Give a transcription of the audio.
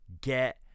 get